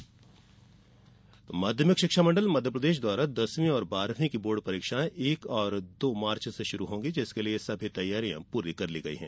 board परीक्षा माध्यमिक शिक्षा मंडल मध्यप्रदेश द्वारा दसवीं और बारहवीं की बोर्ड परीक्षाएं एक और दो मार्च से शुरु होगी जिसके लिए सभी तैयारियां पूरी कर ली गयी है